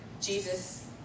Jesus